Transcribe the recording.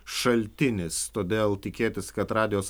šaltinis todėl tikėtis kad radijos